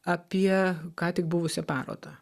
apie ką tik buvusią parodą